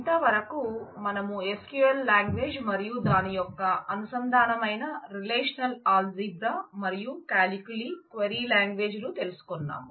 ఇంతవరకు మనం SQL language మరియు దాని యొక్క అనుసంధానమైన రిలేషనల్ ఆల్జిబ్రా తెలుసుకున్నాం